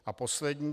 A poslední.